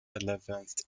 eleventh